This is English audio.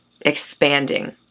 expanding